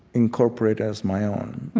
incorporate as my own,